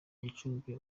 gicumbi